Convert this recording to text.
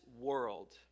world